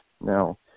Now